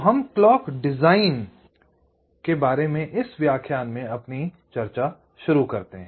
तो हम clock design के बारे में इस व्याख्यान में अपनी चर्चा शुरू करते हैं